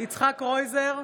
יצחק קרויזר,